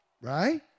Right